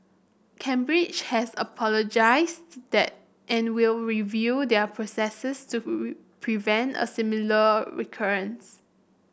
Cambridge has apologises and will review their processes to prevent a similar recurrence